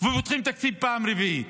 ופותחים תקציב פעם רביעית.